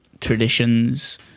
traditions